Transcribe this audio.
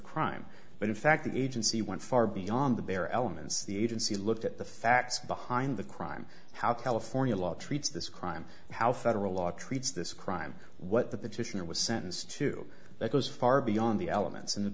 crime but in fact the agency went far beyond the bare elements the agency looked at the facts behind the crime how california law treats this crime how federal law treats this crime what the petitioner was sentenced to that goes far beyond the elements and the